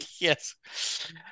yes